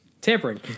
Tampering